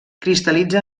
cristal·litza